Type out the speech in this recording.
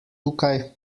tukaj